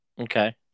okay